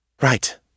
Right